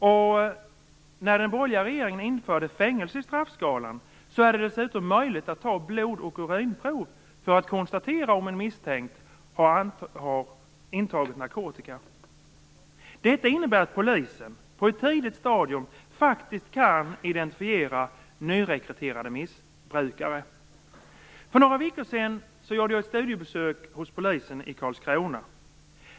Sedan man under den borgerliga regeringen införde fängelse i straffskalan är det dessutom möjligt att ta blod och urinprov för att konstatera om en misstänkt har intagit narkotika. Detta innebär att polisen på ett tidigt stadium faktiskt kan identifiera nyrekryterade missbrukare. För några veckor sedan gjorde jag ett studiebesök hos polisen i Karlskrona.